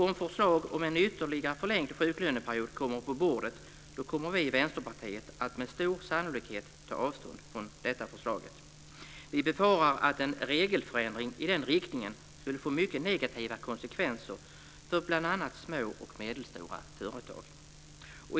Om förslag om en ytterligare förlängd sjuklöneperiod kommer på bordet kommer vi i Vänsterpartiet med stor sannolikhet att ta avstånd från detta förslag. Vi befarar att en regeländring i den riktningen skulle få mycket negativa konsekvenser för bl.a. små och medelstora företag.